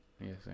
Yes